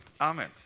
Amen